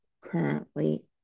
currently